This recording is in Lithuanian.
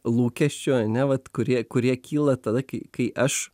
lūkesčių ane vat kurie kurie kyla tada kai kai aš